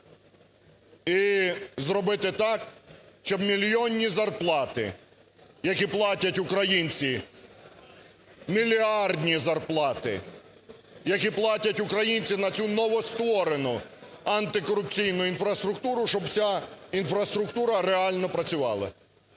і зробити так, щоб мільйонні зарплати, які платять українці, мільярдні зарплати, які платять українці на цю новостворену антикорупційну інфраструктуру, щоб вся інфраструктура реально працювала,